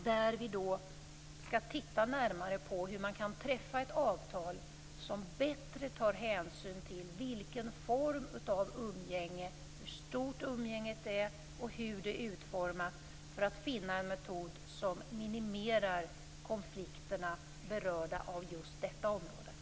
Där skall vi titta närmare på hur man kan träffa ett avtal som bättre tar hänsyn till vilken form av umgänge det är, hur stort umgänget är och hur det är utformat för att finna en metod som minimerar de konflikter som är berörda av just detta område.